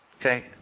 Okay